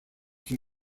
can